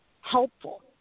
helpful